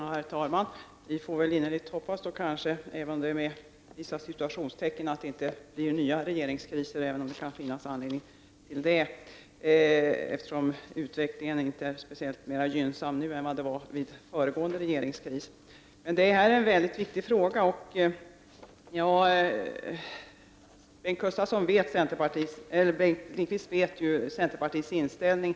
Herr talman! Vi får innerligt hoppas, kanske med vissa citationstecken, att det inte blir någon ny regeringskris, även om det kan finnas risk för en sådan, eftersom utvecklingen inte är mer gynnsam nu än den var vid föregående regeringskris. ij Detta är en väldigt viktig fråga, och Bengt Lindqvist känner ju till centerpartiets inställning.